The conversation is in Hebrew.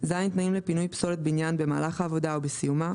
(ז)תנאים לפינוי פסולת בניין במהלך העבודה או בסיומה